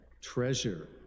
treasure